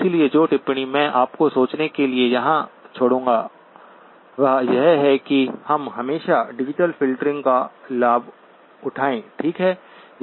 इसलिए जो टिप्पणी मैं आपको सोचने के लिए यहां छोड़ूंगा वह यह है कि हम हमेशा डिजिटल फ़िल्टरिंग का लाभ उठाएं ठीक है